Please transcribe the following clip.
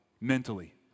mentally